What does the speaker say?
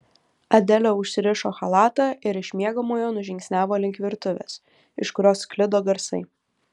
adelė užsirišo chalatą ir iš miegamojo nužingsniavo link virtuvės iš kurios sklido garsai